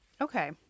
Okay